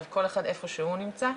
האם המען שכתוב,